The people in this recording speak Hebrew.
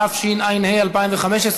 התשע"ה 2015,